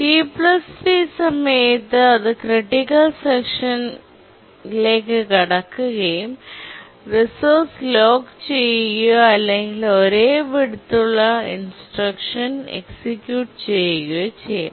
t3 സമയത്തു അത് critical section ലേക്ക് കടക്കുകയും റിസോഴ്സ് ലോക്ക് ചെയ്യുകയോ അല്ലെങ്കിൽ ഒരേ വിഡ്ത് ഉള്ള ഇൻസ്ട്രുക്ഷൻ എക്സിക്യൂട്ട് ചെയ്യുകയോ ചെയ്യും